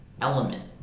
element